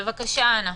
בבקשה, אנה.